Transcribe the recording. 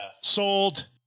Sold